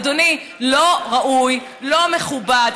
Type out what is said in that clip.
אדוני, לא ראוי, לא מכובד.